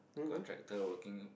contractor working